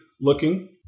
looking